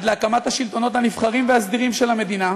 "עד להקמת השלטונות הנבחרים והסדירים של המדינה,